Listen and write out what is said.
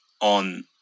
on